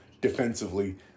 defensively